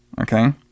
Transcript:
okay